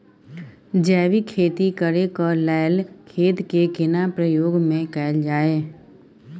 जैविक खेती करेक लैल खेत के केना प्रयोग में कैल जाय?